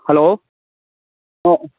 hello ꯑꯥ